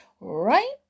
Right